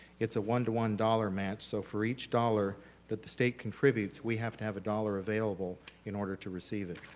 it's a one to one dollar match so for each dollar that the state contributes we have to have a dollar available in order to receive it.